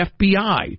FBI